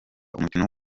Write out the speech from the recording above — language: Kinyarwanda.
umukino